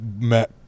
met